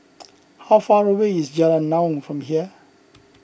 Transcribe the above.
how far away is Jalan Naung from here